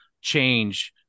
change